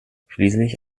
schließlich